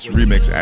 remix